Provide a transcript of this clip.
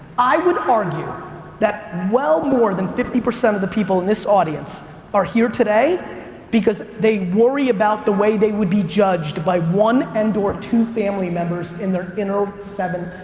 i would argue that well more than fifty percent of the people in this audience are here today because they worry about the way they would be judged by one and or two family members in their inner seven,